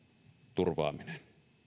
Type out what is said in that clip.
turvaaminen